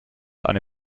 eine